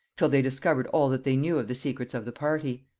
till they discovered all that they knew of the secrets of the party.